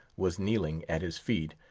was kneeling at his feet,